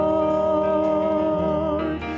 Lord